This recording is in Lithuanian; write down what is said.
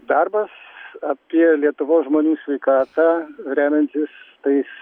darbas apie lietuvos žmonių sveikatą remiantis tais